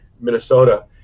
Minnesota